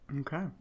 Okay